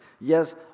Yes